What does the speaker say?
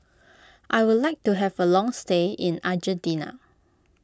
I would like to have a long stay in Argentina